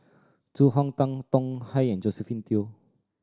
Zhu Hong Tan Tong Hye and Josephine Teo